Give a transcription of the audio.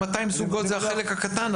ה-200 זה החלק הקטן.